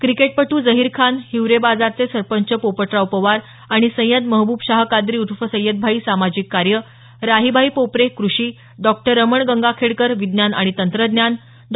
क्रिकेटपटू जहीर खान हिवरे बाजारचे सरपंच पोपटराव पवार आणि सय्यद महबूब शाह कादरी उर्फ सय्यदभाई सामाजिक कार्य राहीबाई पोपेरे कृषी डॉक्टर रमण गंगाखेडकर विज्ञान आणि तंत्रज्ञान डॉ